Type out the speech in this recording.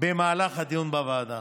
במהלך הדיון בוועדה.